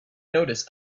noticed